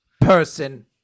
person